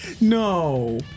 No